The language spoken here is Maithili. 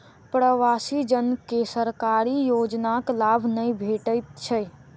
प्रवासी जन के सरकारी योजनाक लाभ नै भेटैत छै